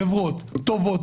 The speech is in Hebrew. חברות טובות,